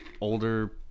older